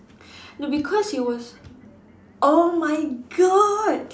no because he was oh my god